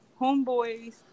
Homeboys